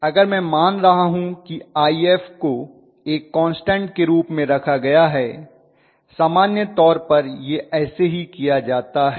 और मैं मान रहा हूं कि If को एक कान्स्टन्ट के रूप में रखा गया है सामान्य तौर पर यह ऐसे ही किया जाता है